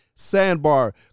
Sandbar